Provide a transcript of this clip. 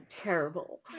terrible